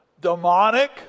Demonic